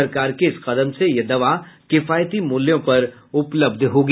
सरकार के इस कदम से यह दवा किफायती मूल्यों पर उपलब्ध होगी